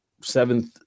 seventh